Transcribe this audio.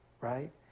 Right